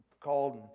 called